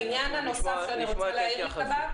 העניין הנוסף שאני רוצה להעיר לגביו